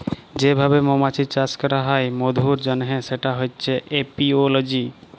যে ভাবে মমাছির চাষ ক্যরা হ্যয় মধুর জনহ সেটা হচ্যে এপিওলজি